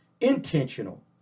intentional